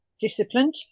disciplined